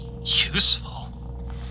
Useful